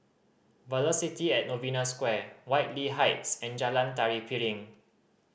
Velocity at Novena Square Whitley Heights and Jalan Tari Piring